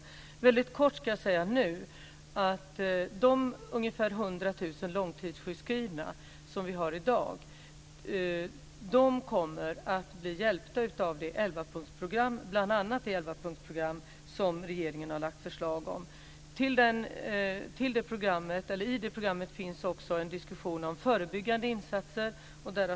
Jag kan nu väldigt kortfattat säga att de ungefär 100 000 långtidssjukskrivna som vi har i dag kommer att bli hjälpta av bl.a. det elvapunktsprogram som regeringen har lagt fram förslag om. I det programmet finns också en diskussion om förebyggande insatser.